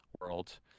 world